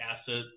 asset